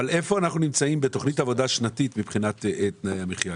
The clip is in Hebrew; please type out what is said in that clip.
אבל איפה אנחנו נמצאים בתוכנית עבודה שנתית מבחינת תנאי המחיה?